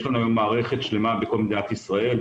יש לנו היום מערכת שלמה בכל מדינת ישראל,